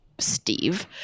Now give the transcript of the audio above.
Steve